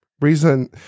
reason